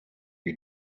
you